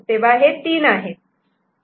तेव्हा हे 3 आहेत